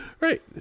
Right